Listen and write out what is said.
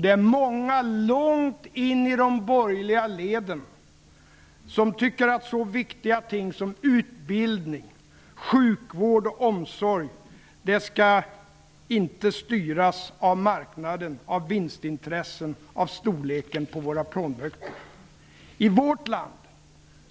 Det är många, långt in i de borgerliga leden, som tycker att så viktiga ting som utbildning, sjukvård och omsorg inte skall styras av marknaden, av vinstintressen, av storleken på våra plånböcker. I vårt land